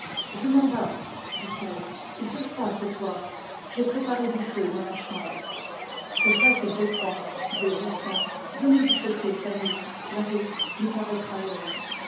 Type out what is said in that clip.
je m'en vas dit-elle il fait froid ce soir j'ai préparé du feu dans la chambre c'est vrai qu'il fait froid dit augustin venez vous chauffer fanny la route nous paraîtra longue